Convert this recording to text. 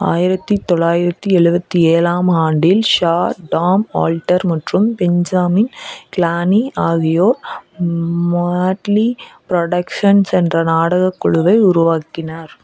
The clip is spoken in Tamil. ஆயிரத்தி தொள்ளாயிரத்தி எழுபத்தி ஏழாம் ஆண்டில் ஷா டாம் ஆல்டர் மற்றும் பெஞ்சாமின் கிலானி ஆகியோர் மாட்லி புரொடக்ஷன்ஸ் என்ற நாடகக் குழுவை உருவாக்கினர்